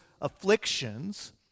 afflictions